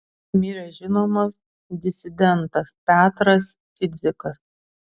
mirė žinomas disidentas petras cidzikas